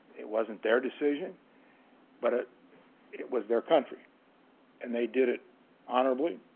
it wasn't their decision but it it was their country and they did it honorably